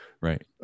Right